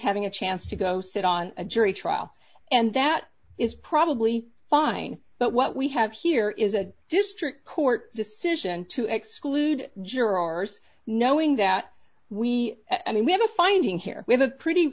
having a chance to go sit on a jury trial and that is probably fine but what we have here is a district court decision to exclude jurors knowing that we at any made a finding here we have a pretty